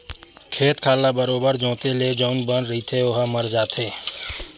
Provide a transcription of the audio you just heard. खेत खार ल बरोबर जोंते ले जउन बन रहिथे ओहा मर जाथे